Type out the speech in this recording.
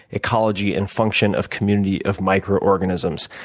ecology, and function of community of microorganisms.